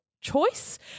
choice